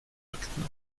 akten